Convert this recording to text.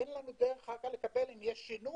אין לנו דרך לקבל אם יש שינוי,